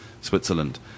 Switzerland